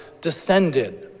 descended